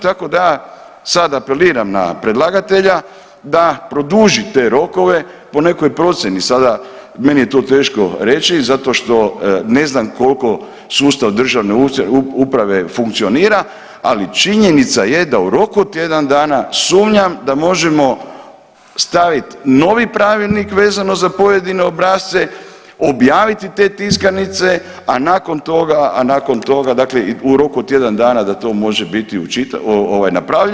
Tako da sada apeliram na predlagatelja da produži te rokove po nekoj procjeni sada meni je to teško reći zato što ne znam koliko sustav državne uprave funkcionira, ali činjenica je da u roku od tjedan dana sumnjam da možemo staviti novi pravilnik vezano za pojedine obrasce, objaviti te tiskanice, a nakon toga i u roku od tjedan dana da to može biti napravljeno.